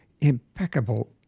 impeccable